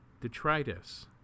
detritus